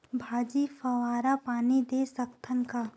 भाजी फवारा पानी दे सकथन का?